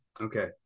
Okay